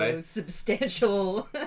substantial